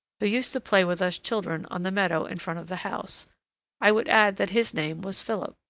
who used to play with us children on the meadow in front of the house i would add that his name was philip.